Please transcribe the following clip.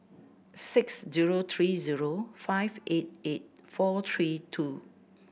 six zero three zero five eight eight four three two